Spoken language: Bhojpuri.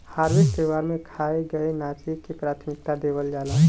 हार्वेस्ट त्यौहार में खाए, गाए नाचे के प्राथमिकता देवल जाला